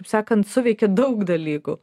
kaip sakant suveikia daug dalykų